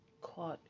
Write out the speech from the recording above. caught